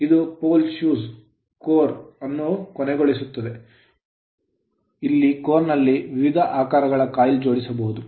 ಇದು pole shoes pole ಬೂಟುಗಳಲ್ಲಿ core core ಅನ್ನು ಕೊನೆಗೊಳಿಸುತ್ತದೆ ಇದು core ಕೋರ್ ನಲ್ಲಿ ವಿವಿಧ ಆಕಾರಗಳ coil ಕಾಯಿಲ್ ಜೋಡಿಸಬಹುದು